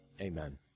Amen